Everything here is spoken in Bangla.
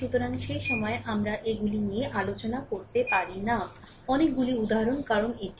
সুতরাং সেই সময়ে আমরা এগুলি নিয়ে আলোচনা করতে পারি না অনেকগুলি উদাহরণ কারণ এটি একটি সময়সীমা